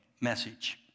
message